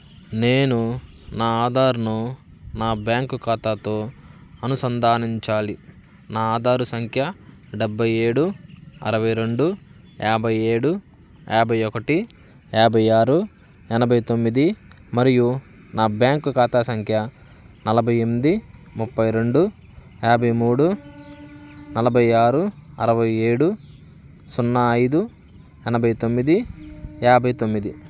నేను నా ఆధార్ను నా బ్యాంకు ఖాతాతో అనుసంధానించాలి నా ఆధారు సంఖ్య డెబ్బై ఏడు అరవై రెండు యాభై ఏడు యాభై ఒకటి యాభై ఆరు ఎనభై తొమ్మిది మరియు నా బ్యాంకు ఖాతా సంఖ్య నలభై ఎనిమిది ముప్పై రెండు యాభై మూడు నలభై ఆరు అరవై ఏడు సున్నా ఐదు ఎనభై తొమ్మిది యాభై తొమ్మిది